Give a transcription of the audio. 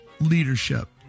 leadership